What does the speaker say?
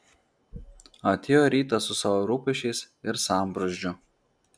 atėjo rytas su savo rūpesčiais ir sambrūzdžiu